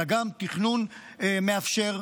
אלא גם תכנון מאפשר,